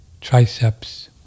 triceps